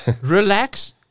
relax